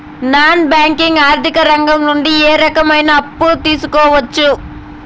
Non banking ఆర్థిక రంగం నుండి ఏ రకమైన అప్పు తీసుకోవచ్చు?